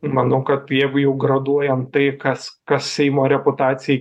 manau kad jeigu jau graduojam tai kas kas seimo reputacijai